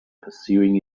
pursuing